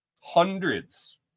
Hundreds